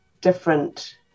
different